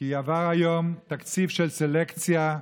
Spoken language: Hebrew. כי עבר היום תקציב של סלקציה,